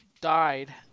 died